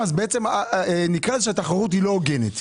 הם בעיקר הבנקים הבינוניים.